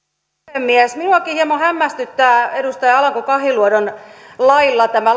puhemies minuakin hieman hämmästyttää edustaja alanko kahiluodon lailla tämä